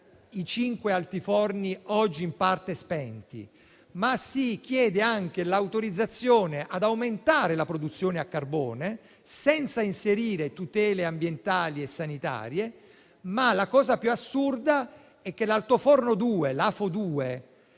i cinque altiforni oggi in parte spenti, ma si chiede anche l'autorizzazione ad aumentare la produzione a carbone, senza inserire tutele ambientali e sanitarie. La cosa più assurda è che con l'altoforno 2 (Afo2)